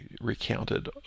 recounted